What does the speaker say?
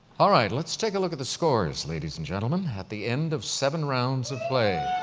all right let's take a look at the scores, ladies and gentlemen, at the end of seven rounds of play.